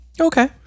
Okay